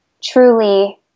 truly